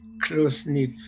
close-knit